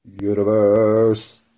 universe